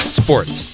sports